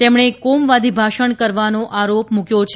તેમણે કોમવાદી ભાષણ કરવાનો આરોપ મૂક્યો છે